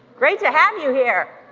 great to have you here.